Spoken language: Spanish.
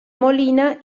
molina